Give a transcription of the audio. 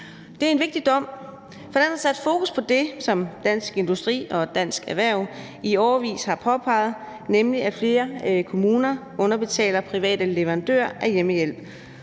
Det er en vigtig dom, for den har sat fokus på det, som Dansk Industri og Dansk Erhverv i årevis har påpeget, nemlig at flere kommuner underbetaler private leverandører af hjemmehjælp.